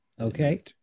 Okay